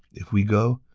if we go,